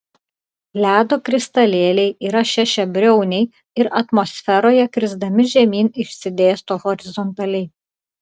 ledo kristalėliai yra šešiabriauniai ir atmosferoje krisdami žemyn išsidėsto horizontaliai